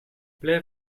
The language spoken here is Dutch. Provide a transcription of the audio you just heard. blijf